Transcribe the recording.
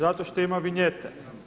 Zato što ima vinjete.